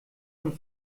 und